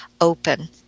open